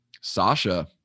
Sasha